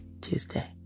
Tuesday